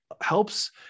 helps